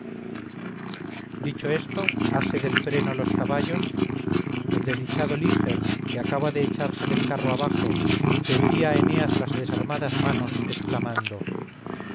dicho esto ase del freno los caballos el desdichado liger que acaba de echarse del carro abajo tendía a eneas las desarmadas manos exclamando